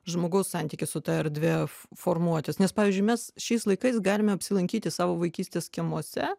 žmogaus santykis su ta erdve formuotis nes pavyzdžiui mes šiais laikais galime apsilankyti savo vaikystės kiemuose